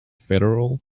federal